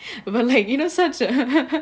of her leg you know such a